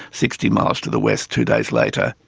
sixty miles to the west two days later.